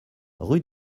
rue